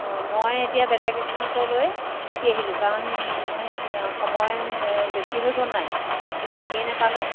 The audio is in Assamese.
অ' মই এতিয়া বেলেগ এখন অ'টো লৈ গুচি আহিলোঁ কাৰণ মোৰ সময় বেছি হৈ গ'ল নাই আপুনি আহিয়েই নাপালে